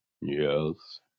Yes